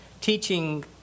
teaching